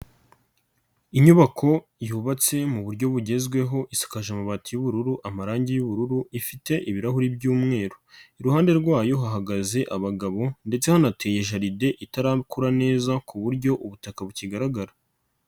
Inyubako yubatse mu buryo bugezweho isukaje amabati y'ubururu, amarangi y yuubururu, ifite ibirahuri by'umweru, iruhande rwayo hahagaze abagabo ndetse hanateye jaride itarakura neza ku buryo ubutaka bukigaragara.